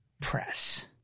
press